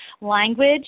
language